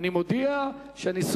אדוני